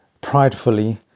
pridefully